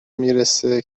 میرسه